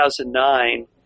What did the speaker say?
2009